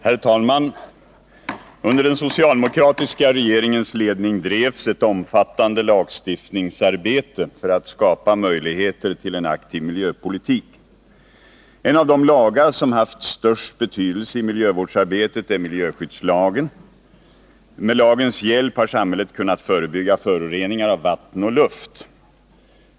Herr talman! Under den socialdemokratiska regeringens ledning bedrevs ett omfattande lagstiftningsarbete för att skapa möjligheter till en aktiv miljöpolitik. En av de lagar som haft störst betydelse i miljövårdsarbetet är miljöskyddslagen. Med lagens hjälp har samhället kunnat förebygga föroreningar av vatten och luft.